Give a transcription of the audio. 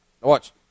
watch